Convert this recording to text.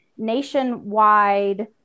nationwide